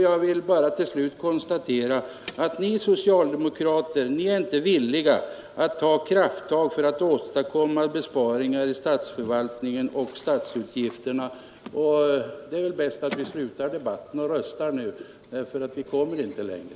Jag vill till slut bara konstatera att ni socialdemokrater inte är villiga att ta krafttag för att åstadkomma besparingar i statsförvaltningen av statsutgifterna. Det är väl bäst att vi avslutar debatten och röstar nu, för vi kommer inte längre.